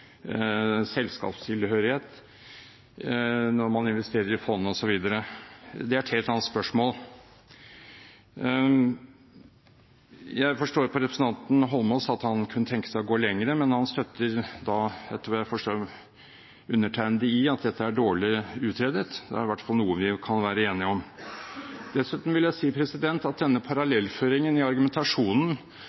selskapstilhørighet når man investerer i fond osv. Det er et helt annet spørsmål. Jeg forstår på representanten Holmås at han kunne tenke seg å gå lenger, men han støtter – etter hva jeg forstår – undertegnede i at dette er dårlig utredet. Det er i hvert fall noe vi kan være enige om. Dessuten vil jeg si at denne parallellføringen i argumentasjonen